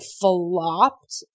flopped